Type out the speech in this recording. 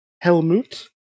Helmut